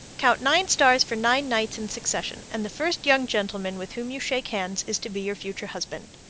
count nine stars for nine nights in succession, and the first young gentleman with whom you shake hands is to be your future husband.